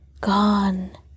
Gone